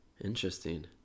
Interesting